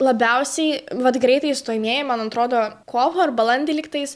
labiausiai vat greitai stojamieji man atrodo kovą ar balandį lygtais